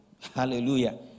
hallelujah